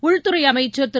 உள்துறை அமைச்சர் திரு